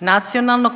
Nacionalnog